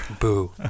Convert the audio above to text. Boo